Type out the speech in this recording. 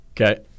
Okay